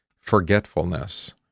forgetfulness